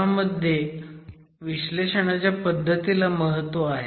ह्यामध्ये विश्लेषणाच्या पद्धतीला महत्व आहे